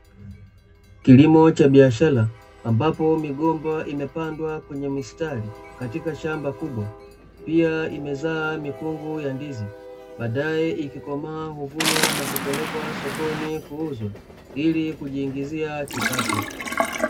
Kilimo cha biashara, ambapo migomba imepandwa kwenye mistari, katika shamba kubwa. Pia imezaaa mikungu ya ndizi, baadae ikikomaaa huvunwa na kupelekwa sokoni kuuzwa ili kujiingizia kipato.